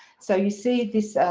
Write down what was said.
so you see this,